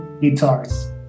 Guitars